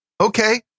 okay